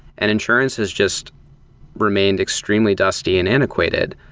and insurance has just remained extremely dusty and antiquated.